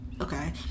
okay